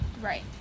Right